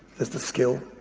there's the skill,